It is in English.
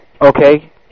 Okay